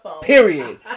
Period